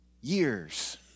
years